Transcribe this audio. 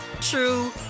true